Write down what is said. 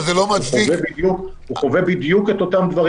אבל זה לא מצדיק --- הוא חווה בדיוק את אותם דברים